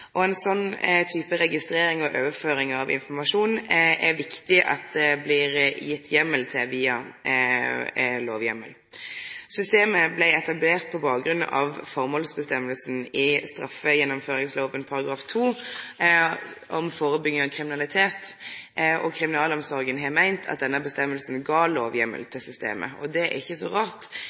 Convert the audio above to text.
og når det gjeld ei slik type registrering og overføring av informasjon, er det viktig at det blir gjeve via ein lovheimel. Systemet blei etablert på bakgrunn av formålsvedtaket i straffegjennomføringsloven § 2 om å førebyggje kriminalitet, og kriminalomsorga har meint at dette vedtaket gav lovheimel til systemet. Det er ikkje så